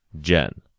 Jen